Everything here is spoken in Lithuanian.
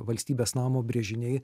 valstybės namo brėžiniai